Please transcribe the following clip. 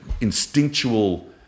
instinctual